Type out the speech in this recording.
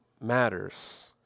matters